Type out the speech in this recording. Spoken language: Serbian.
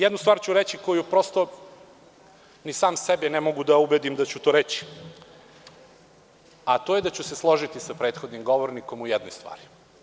Jednu stvar ću reći, koju prosto ni sam sebe ne mogu da ubedim da ću to reći, a to je da ću se složiti sa prethodnim govornikom u jednoj stvari.